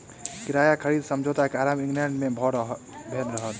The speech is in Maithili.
किराया खरीद समझौता के आरम्भ इंग्लैंड में भेल रहे